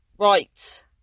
Right